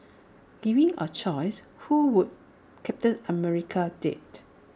given A choice who would captain America date